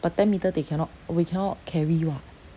but ten metre they cannot we cannot carry [what]